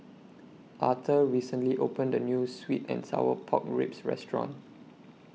Auther recently opened A New Sweet and Sour Pork Ribs Restaurant